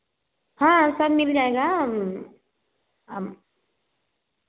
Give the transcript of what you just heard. हाँ सब मिल जाएगा हम